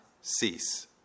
cease